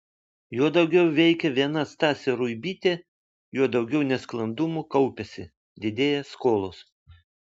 juo daugiau veikia viena stasė ruibytė juo daugiau nesklandumų kaupiasi didėja skolos